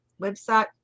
website